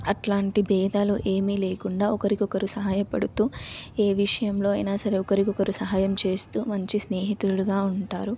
అట్లాంటి భేదాలు ఏమీ లేకుండా ఒకరికొకరు సహాయపడుతూ ఏ విషయంలో అయిన సరే ఒకరికొకరు సహాయం చేస్తూ మంచి స్నేహితులుగా ఉంటారు